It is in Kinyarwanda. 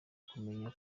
kumenya